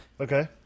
Okay